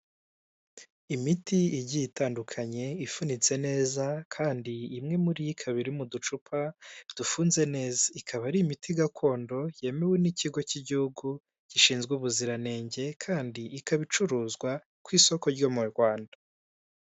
Imiti igiye itandukanye ifunitse neza kandi imwe muri ikaba iri mu ducupa dufunze neza ikaba ari imiti gakondo yemewe n'ikigo k'igihugu gishinzwe ubuziranenge kandi ikaba icuruzwa ku isoko ryo mu rwanda.